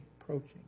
approaching